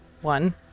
one